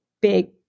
big